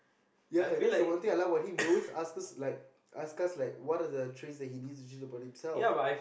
ya that's the one thing I like about him he always ask us like ask us like what are the traits that he needs to change about himself